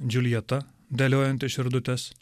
džiuljeta dėliojanti širdutes